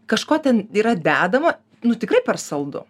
kažko ten yra dedama nu tikrai per saldu